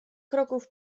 kroków